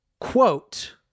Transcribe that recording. quote